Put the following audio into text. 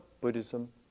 Buddhism